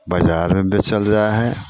बाजारमे बेचल जाइ हइ